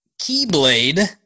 Keyblade